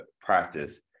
practice